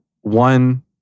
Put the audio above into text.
one